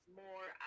more